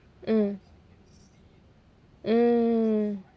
mm mm